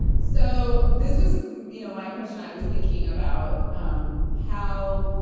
so this was you know my question i was thinking about, um how